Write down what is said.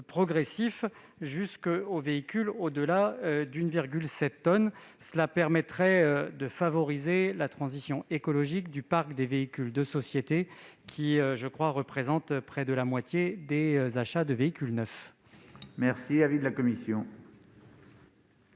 appliqués jusqu'au seuil de 1,7 tonne. Cela permettrait de favoriser la transition écologique du parc des véhicules de société, parc qui représente près de la moitié des achats de véhicules neufs. Quel est l'avis de la commission